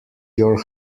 your